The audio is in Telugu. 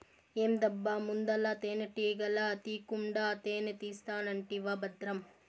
ఏందబ్బా ముందల తేనెటీగల తీకుండా తేనే తీస్తానంటివా బద్రం